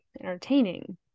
entertaining